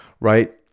right